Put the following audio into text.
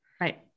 Right